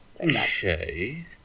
Okay